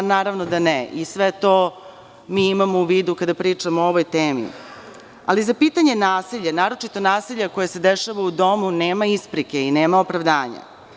Naravno da ne i sve to mi imamo u vidu kada pričamo o ovoj temi ali za pitanje nasilja, naročito nasilja koje se dešava u domu nema isprike, nema opravdanja.